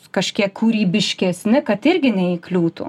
kažkiek kūrybiškesni kad irgi neįkliūtų